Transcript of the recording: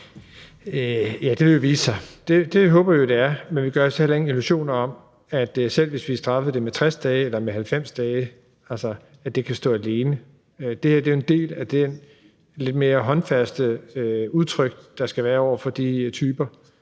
(S): Det vil jo vise sig. Det håber vi det er. Men vi gør os heller ingen illusioner om, at selv hvis vi straffede det med 60 dage eller med 90 dage, så kunne det stå alene. Altså, det her er en del af det lidt mere håndfaste udtryk, der skal være over for de typer,